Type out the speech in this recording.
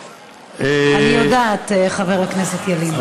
אני יודעת, חבר הכנסת ילין.